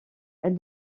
elle